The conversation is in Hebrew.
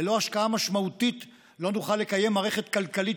ללא השקעה משמעותית לא נוכל לקיים מערכת כלכלית